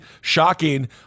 shocking